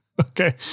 okay